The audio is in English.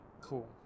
Cool